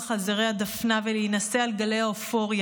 על זרי הדפנה ולהינשא על גלי האופוריה.